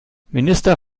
minister